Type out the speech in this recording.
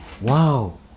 Wow